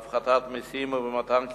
בהפחת מסים ובמתן קצבאות.